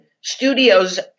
studios